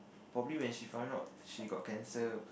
probably when she found out she got cancer